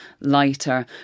lighter